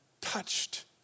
touched